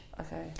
Okay